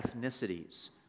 ethnicities